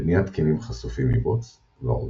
בניית קנים חשופים מבוץ, ועוד.